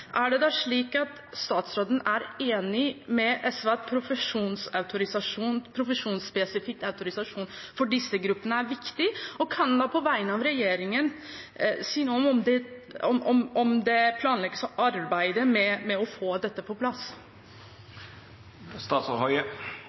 Er det da slik at statsråden er enig med SV i at en profesjonsspesifikk autorisasjon for disse gruppene er viktig? Kan han på vegne av regjeringen si om det planlegges å arbeide med å få dette på plass?